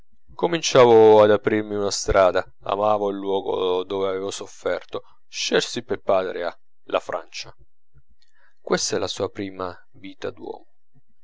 cominciavo ad aprirmi una strada amavo il luogo dove avevo sofferto scelsi per patria la francia questa è la sua prima vita d'uomo